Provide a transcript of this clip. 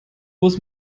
bus